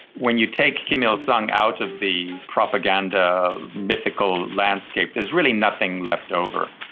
when you take kim il-sung out of the propaganda mythical landscape, there's really nothing left over.